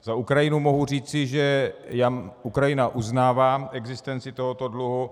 Za Ukrajinu mohu říci, že Ukrajina uznává existenci tohoto dluhu.